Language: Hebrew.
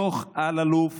דוח אלאלוף,